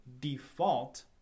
default